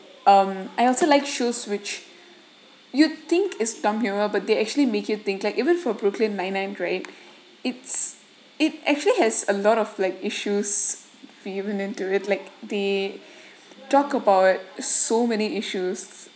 um I also like shows which you think is dumb humour but they actually make you think like even for brooklyn nine nine right it's it actually has a lot of like issues for you to look into it like they talk about so many issues